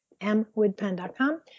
mwoodpen.com